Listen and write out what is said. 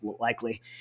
likely